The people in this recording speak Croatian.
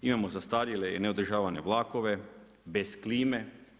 Imamo zastarjele i neodržavane vlakove bez klime.